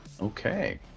Okay